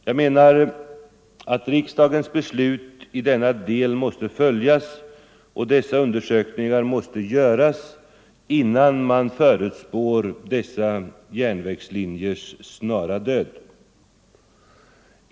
Jag menar att riksdagens beslut i denna del måste följas och dessa undersökningar göras innan man förutspår järnvägslinjernas snara död.